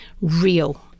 real